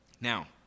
Now